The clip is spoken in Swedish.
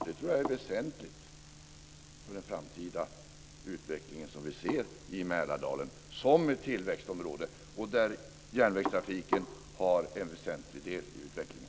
Jag tror att det är väsentligt för den framtida utveckling som vi ser i Mälardalen, som ett tillväxtområde, och där järnvägstrafiken har en väsentlig del i utvecklingen.